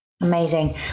Amazing